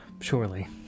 Surely